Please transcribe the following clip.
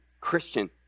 Christian